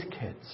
kids